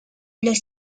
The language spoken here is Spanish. los